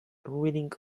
reading